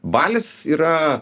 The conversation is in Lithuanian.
balis yra